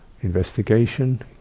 investigation